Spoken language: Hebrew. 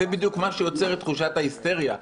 זה בדיוק מה שיוצר את תחושת ההיסטריה.